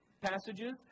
passages